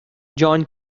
john